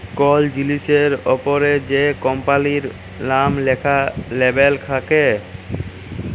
call জিলিসের অপরে যে কম্পালির লাম ল্যাখা লেবেল থাক্যে